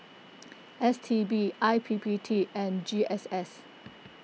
S T B I P P T and G S S